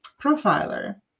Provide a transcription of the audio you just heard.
profiler